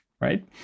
right